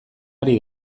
ari